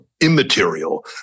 immaterial